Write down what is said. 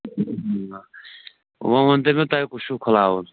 وۅنۍ ؤنۍتَو مےٚ تۄہہِ کُس چھُو کھُلاوُن